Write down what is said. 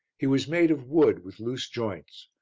he was made of wood with loose joints.